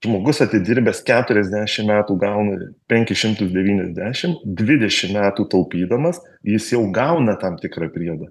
žmogus atidirbęs keturiasdešimt metų gaun penkis šimtus devyniasdešimt dvidešimt metų taupydamas jis jau gauna tam tikrą priedą